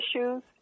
issues